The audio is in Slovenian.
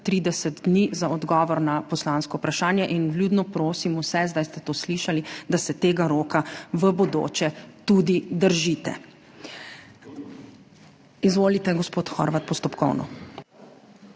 30 dni za odgovor na poslansko vprašanje. Vljudno prosim vse, zdaj ste to slišali, da se tega roka v bodoče tudi držite. Izvolite, gospod Horvat, postopkovno.